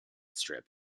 strip